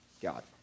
God